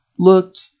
looked